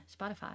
Spotify